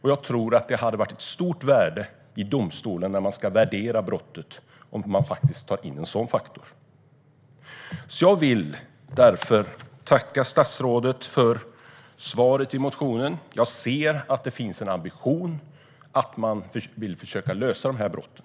Jag tror att det skulle vara av stort värde i domstolar när brottet ska värderas om man faktiskt tar in en sådan faktor. Jag vill alltså tacka statsrådet för interpellationssvaret. Jag ser att det finns en ambition, att man vill försöka lösa dessa brott.